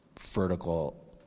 vertical